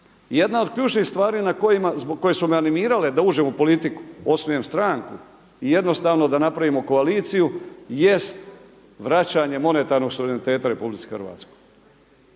jedna od ključnih stvari koje su me animirale da uđem u politiku, osnujem stranku i jednostavno da napravimo koaliciju jest vraćanje monetarnog suvereniteta Republici Hrvatskoj.